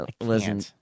Listen